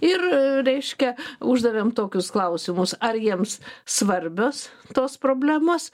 ir reiškia uždavėm tokius klausimus ar jiems svarbios tos problemos